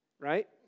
right